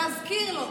להזכיר לו